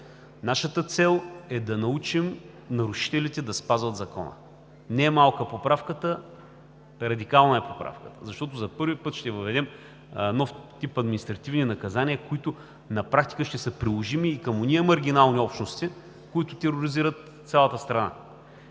Нашата цел е да научим нарушителите да спазват закона. Не е малка поправката, а е радикална, защото за първи път ще въведем нов тип административни наказания, които на практика ще са приложими и към онези маргинални общности, които тероризират цялата страна.